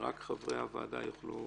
שרק חברי הוועדה יוכלו